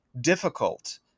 difficult